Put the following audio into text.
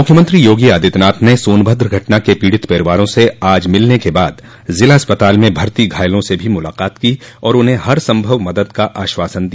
मुख्यमंत्री योगी आदित्यनाथ ने सोनभद्र घटना के पीड़ित परिवारों से आज मिलने के बाद जिला अस्पताल में भर्ती घायलों से भी मुलाकात की और उन्हें हर संभव मदद का आश्वासन दिया